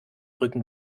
rücken